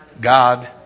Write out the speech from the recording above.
God